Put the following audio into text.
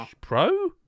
Pro